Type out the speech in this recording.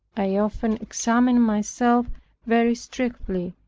i often examined myself very strictly,